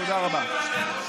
תודה רבה.